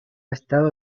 estado